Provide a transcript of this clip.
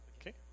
Okay